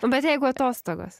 nu bet jeigu atostogas